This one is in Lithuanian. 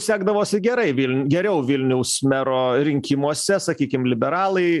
sekdavosi gerai viln geriau vilniaus mero rinkimuose sakykim liberalai